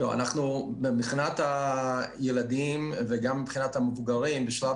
מבחינת הילדים וגם מבחינת המבוגרים בשלב